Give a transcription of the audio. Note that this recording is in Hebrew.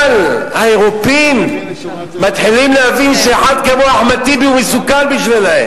אבל האירופים מתחילים להבין שאחד כמו אחמד טיבי הוא מסוכן בשבילם,